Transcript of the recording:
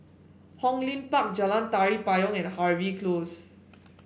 Hong Lim Park Jalan Tari Payong and Harvey Close